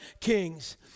Kings